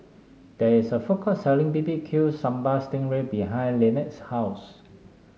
there is a food court selling B B Q Sambal Sting Ray behind Lynnette's house